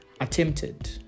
attempted